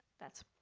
that's.